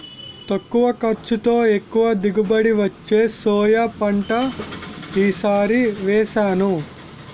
తక్కువ ఖర్చుతో, ఎక్కువ దిగుబడి వచ్చే సోయా పంట ఈ సారి వేసాను